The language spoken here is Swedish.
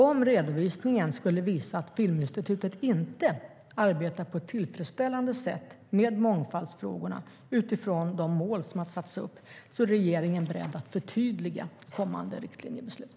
Om redovisningen skulle visa att Filminstitutet inte arbetar på ett tillfredsställande sätt med mångfaldsfrågorna utifrån de uppsatta målen är regeringen beredd att förtydliga kommande riktlinjebeslut.